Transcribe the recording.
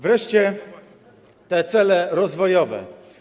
Wreszcie cele rozwojowe.